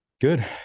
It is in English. Good